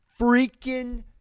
freaking